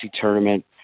tournament